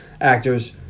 actors